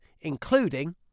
including